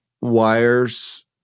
wires